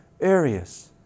areas